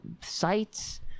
sites